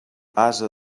ase